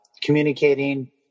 communicating